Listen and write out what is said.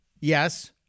yes